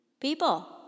people